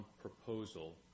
proposal